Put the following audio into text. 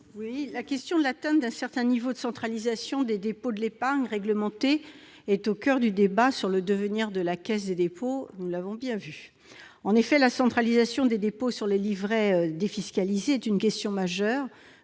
La question de l'atteinte d'un certain niveau de centralisation des dépôts de l'épargne réglementée est au coeur du débat sur le devenir de la Caisse des dépôts. En effet, la centralisation des dépôts sur les livrets défiscalisés est une question majeure